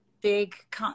big